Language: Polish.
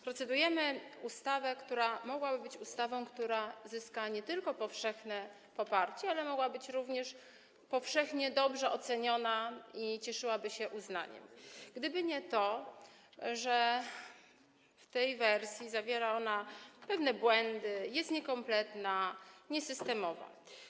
Procedujemy nad ustawą, która mogłaby być ustawą, która zyska powszechne poparcie, mogłaby być również powszechnie dobrze oceniona, cieszyłaby się uznaniem, gdyby nie to, że w tej wersji zawiera pewne błędy, jest niekompletna i niesystemowa.